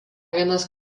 vienas